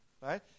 Right